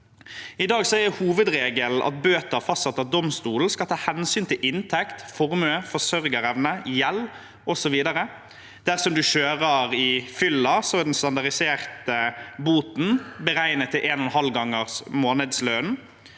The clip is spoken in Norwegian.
I dag er hovedregelen at bøter fastsatt av domstolen skal ta hensyn til inntekt, formue, forsørgerevne, gjeld osv. Dersom man kjører i fylla, er den standardiserte boten beregnet til 1,5 ganger månedslønnen.